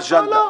לא.